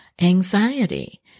anxiety